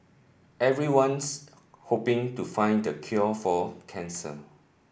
everyone's hoping to find the cure for cancer